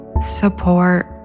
support